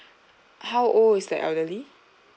how old is the elderly